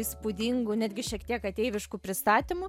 įspūdingu netgi šiek tiek ateivišku pristatymu